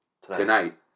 tonight